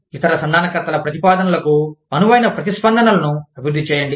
ఇతర సంధానకర్తల ప్రతిపాదనలకు అనువైన ప్రతిస్పందనలను అభివృద్ధి చేయండి